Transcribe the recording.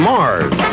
Mars